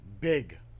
big